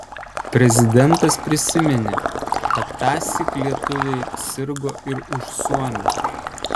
prezidentas prisiminė kad tąsyk lietuviai sirgo ir už suomius